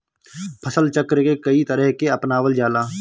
फसल चक्र के कयी तरह के अपनावल जाला?